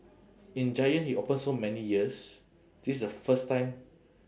in giant he open so many years this the first time